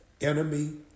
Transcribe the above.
enemy